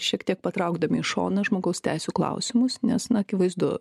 šiek tiek patraukdami į šoną žmogaus teisių klausimus nes akivaizdu